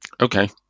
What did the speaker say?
Okay